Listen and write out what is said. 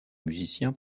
musiciens